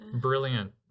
Brilliant